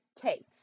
Tate